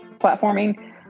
platforming